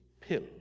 pill